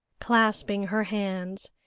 clasping her hands,